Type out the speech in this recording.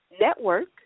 network